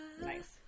Nice